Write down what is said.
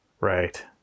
right